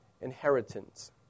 inheritance